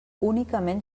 únicament